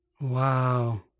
Wow